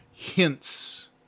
Hints